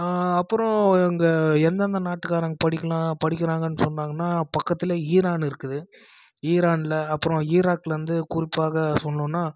அப்புறம் அங்கே எந்தெந்த நாட்டுக்காரங்கள் படிக்கலாம் படிக்கிறாங்கன்னு சொன்னாங்கனால் பக்கத்தில் ஈரான் இருக்குது ஈரானில் அப்புறம் ஈராக்லேருந்து குறிப்பாக சொல்லணுனா